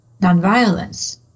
nonviolence